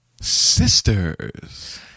Sisters